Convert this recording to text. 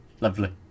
lovely